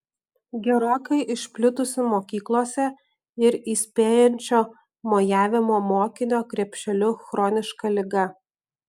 gerokai išplitusi mokyklose ir įspėjančio mojavimo mokinio krepšeliu chroniška liga